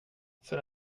för